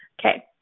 Okay